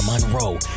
Monroe